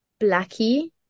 Blackie